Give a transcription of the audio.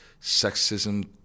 sexism